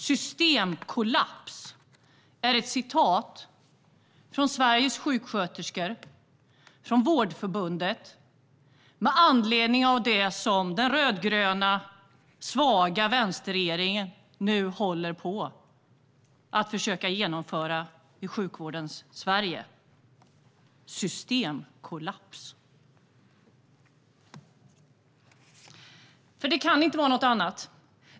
Systemkollaps är Sveriges sjuksköterskors och Vårdförbundets ord för det som den svaga rödgröna vänsterregeringen försöker genomföra i sjukvården. Systemkollaps. Det kan inte vara något annat.